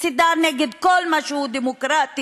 מסיתה נגד כל מה שהוא דמוקרטי,